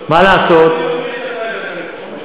בצורה מפורשת.